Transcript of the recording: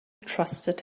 trusted